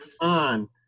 on